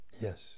yes